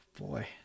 boy